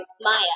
Maya